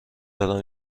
دارم